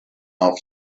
auf